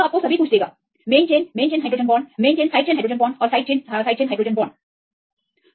यह आपको मुख्य chain main chain hydrogen bond मुख्य chain side chain hydrogen bond और side chain side chain hydrogen bond और सभी देगा